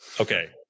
Okay